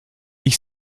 ich